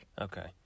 Okay